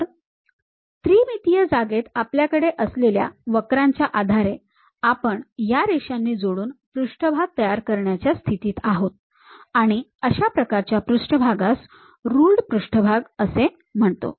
तर त्रिमितीय जागेत आपल्याकडे असलेल्या वक्रांच्या आधारे आपण या रेषांनी जोडून पृष्ठभाग तयार करण्याच्या स्थितीत आहोत आणि अशा प्रकारच्या पृष्ठभागास रुल्ड पृष्ठभाग असे म्हणतो